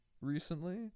recently